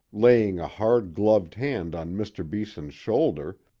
laying a hard, gloved hand on mr. beeson's shoulder,